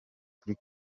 kuri